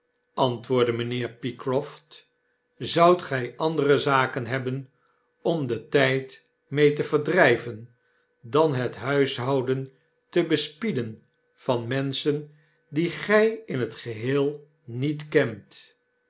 antwoordde mynheer pycroft zoudt gy andere zaken hebben om den tyd mee te verdrijven dan het huishouden te bespieden van menschen die gij in t geheel niet kent